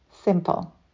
simple